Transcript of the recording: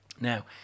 now